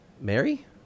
Mary